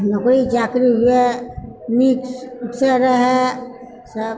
नौकरी चाकरी हुए नीकसँ रहै सभ